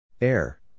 Air